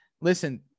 listen